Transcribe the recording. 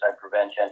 prevention